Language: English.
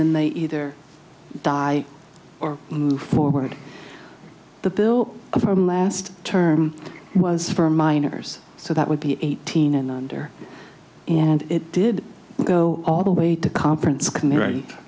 then they either die or move forward the bill last term was for minors so that would be eighteen and under and it did go all the way to conference